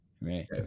Right